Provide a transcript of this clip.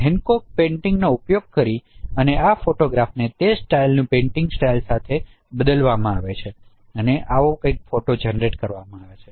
અને Hancock painting નો ઉપયોગ કરીને આ ફોટોગ્રાફ તે સ્ટાઇલની પેઇન્ટિંગ સ્ટાઇલની સાથે બદલવામાં આવે છે અને આવો કઇંક ફોટો જનરેટ કરવામાં આવ્યો છે